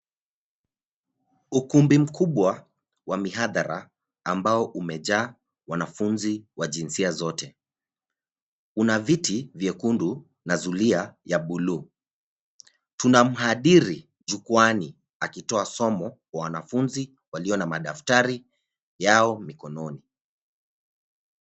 Ukumbi mkubwa wa mihadhara ambao umejaa wanafunzi wa jinsia zote. Kuna viti vyekundu na zulia ya buluu. Tuna mhadiri jukwani akitoa somo kwa wanafunzi walio na madaftari yao mikononi.